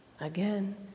again